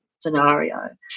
scenario